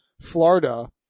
Florida